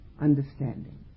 understanding